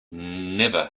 never